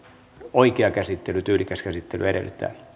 oikea tyylikäs käsittely edellyttää